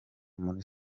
muri